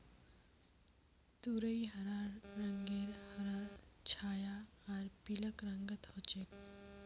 तुरई हरा रंगेर हर छाया आर पीलक रंगत ह छेक